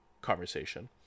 conversation